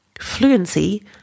fluency